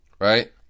right